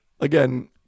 Again